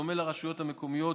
בדומה לרשויות המקומיות,